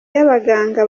y’abaganga